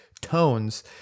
tones